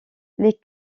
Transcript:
les